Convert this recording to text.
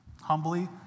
humbly